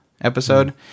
episode